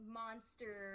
monster